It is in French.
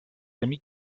amis